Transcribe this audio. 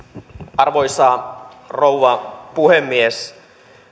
arvoisa rouva puhemies